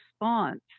response